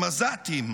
הם עזתים,